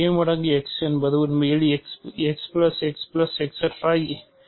a மடங்கு x என்பது உண்மையில் x x x